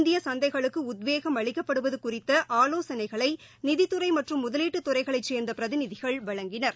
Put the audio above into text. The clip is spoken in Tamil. இந்திய சந்தைகளுக்கு உத்வேகம் அளிக்கப்படுவது குறித்த ஆலோசனைகளை நிதித்துறை மற்றும் முதலீட்டு துறைகளை சேர்ந்த பிரதிநிதிகள் வழங்கினர்